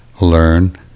learn